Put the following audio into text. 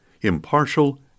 impartial